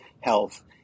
health